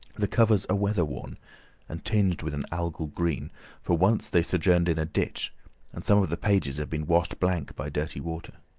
the covers are weather-worn and tinged with an algal green for once they sojourned in a ditch and some of the pages have been washed blank by dirty water.